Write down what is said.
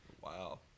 Wow